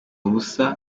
ubusa